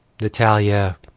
Natalia